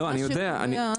אני יודע,